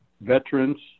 veterans